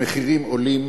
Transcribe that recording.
המחירים עולים,